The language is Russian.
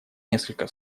несколько